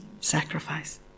sacrifice